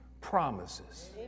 promises